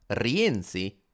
Rienzi